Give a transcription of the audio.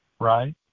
right